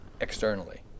externally